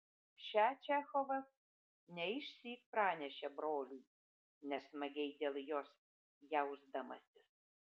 šią čechovas ne išsyk pranešė broliui nesmagiai dėl jos jausdamasis